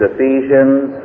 Ephesians